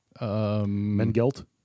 Mengelt